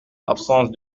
l’absence